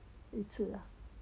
一次 ah